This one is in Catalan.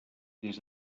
des